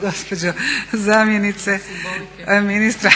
gospođo zamjenice ministra.